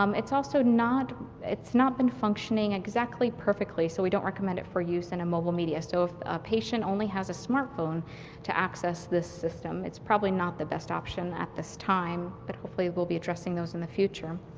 um it's also not it's not been functioning exactly perfectly, so we don't recommend it for use in a mobile media, so if a patient only has a smartphone to access this system, it's probably not the best option at this time but hopefully we'll be addressing those in the future.